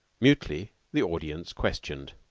mutely the audience questioned.